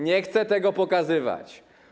Nie chce tego pokazywać.